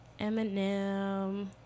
Eminem